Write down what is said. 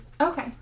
Okay